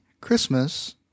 christmas